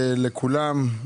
שלום רב,